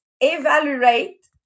evaluate